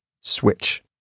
switch